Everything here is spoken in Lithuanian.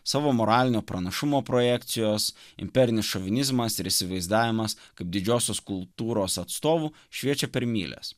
savo moralinio pranašumo projekcijos imperinis šovinizmas ir įsivaizdavimas kad didžiosios kultūros atstovų šviečia per mylias